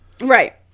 Right